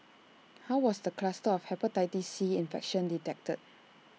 how was the cluster of Hepatitis C infection detected